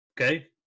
Okay